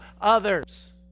others